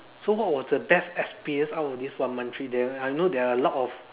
so what was the best experience out of this one month trip there I know there are a lot of